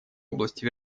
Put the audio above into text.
области